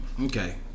okay